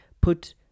put